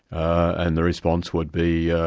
and the response would be,